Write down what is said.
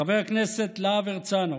חבר הכנסת להב הרצנו,